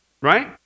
right